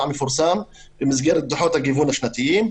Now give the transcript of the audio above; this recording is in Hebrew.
המפורסם במסגרת דוחות הגיוון השנתיים,